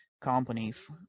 companies